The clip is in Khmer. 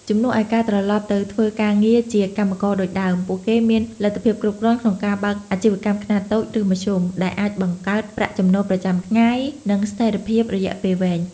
ជំនួសឱ្យការត្រឡប់ទៅធ្វើការងារជាកម្មករដូចដើម ពួកគេមានលទ្ធភាពគ្រប់គ្រាន់ក្នុងការបើកអាជីវកម្មខ្នាតតូច ឬមធ្យម ដែលអាចបង្កើតប្រាក់ចំណូលប្រចាំថ្ងៃ និងស្ថេរភាពរយៈពេលវែង។